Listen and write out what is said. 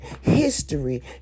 History